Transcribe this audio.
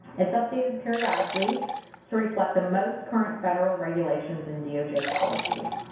it's updated periodically to reflect the most current federal regulations and doj policies.